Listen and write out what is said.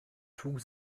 trug